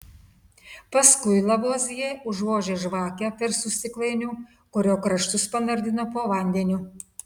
paskui lavuazjė užvožė žvakę apverstu stiklainiu kurio kraštus panardino po vandeniu